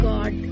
God